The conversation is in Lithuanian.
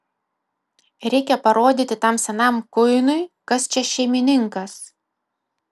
reikia parodyti tam senam kuinui kas čia šeimininkas